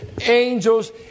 angels